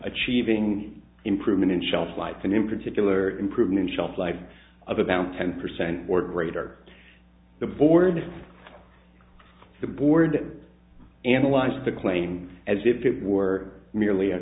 achieving improvement in shelf life and in particular improvement in shelf life of about ten percent or greater the board the board analyzed the claim as if it were merely a